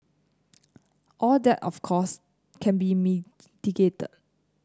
all that of course can be mitigated